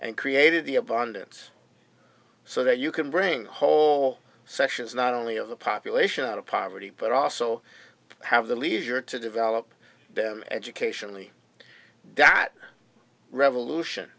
and created the abundance so that you can bring the whole session's not only of the population out of poverty but also have the leisure to develop them educationally that revolution